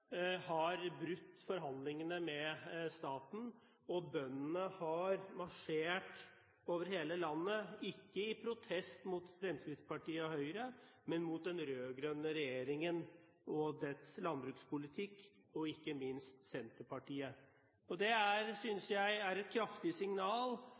har brutt forhandlingene med staten, og bøndene har marsjert over hele landet, ikke i protest mot Fremskrittspartiet og Høyre, men mot den rød-grønne regjeringen og dens landbrukspolitikk, og ikke minst mot Senterpartiet. Jeg synes det er